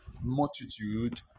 multitude